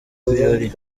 birori